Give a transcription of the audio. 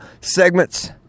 segments